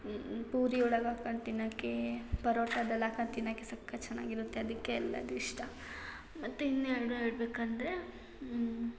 ಪೂರಿ ಒಳಗೆ ಹಾಕಂಡ್ ತಿನ್ನೋಕ್ಕೆ ಪರೋಟದಲ್ಲಿ ಹಾಕಂಡ್ ತಿನ್ನಕ್ಕೆ ಸಖತ್ತು ಚೆನ್ನಾಗಿರುತ್ತೆ ಅದಕ್ಕೆ ಎಲ್ಲವೂ ಇಷ್ಟ ಮತ್ತು ಇನ್ನೆರಡು ಹೇಳಬೇಕಂದ್ರೆ